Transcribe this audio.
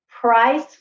price